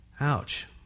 Ouch